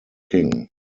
king